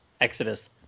Exodus